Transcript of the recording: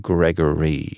Gregory